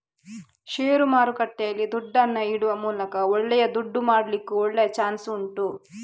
ಷೇರು ಮಾರುಕಟ್ಟೆಯಲ್ಲಿ ದುಡ್ಡನ್ನ ಇಡುವ ಮೂಲಕ ಒಳ್ಳೆ ದುಡ್ಡು ಮಾಡ್ಲಿಕ್ಕೂ ಒಳ್ಳೆ ಚಾನ್ಸ್ ಉಂಟು